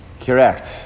Correct